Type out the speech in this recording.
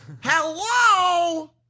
Hello